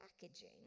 packaging